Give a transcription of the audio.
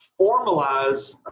formalize